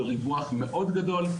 בריווח מאוד גדול.